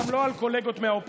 גם לא על קולגות מהאופוזיציה,